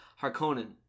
Harkonnen